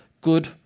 good